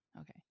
Okay